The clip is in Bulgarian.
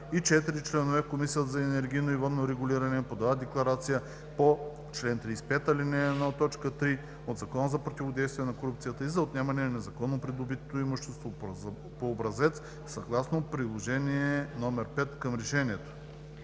членове в Комисията за енергийно и водно регулиране подават декларация по чл. 35, ал. 1, т. 3 от Закона за противодействие на корупцията и за отнемане на незаконно придобитото имущество по образец съгласно приложение № 5 към решението.“